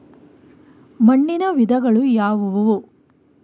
ಮಣ್ಣಿನ ವಿಧಗಳು ಯಾವುವು?